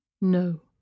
No